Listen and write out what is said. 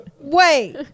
Wait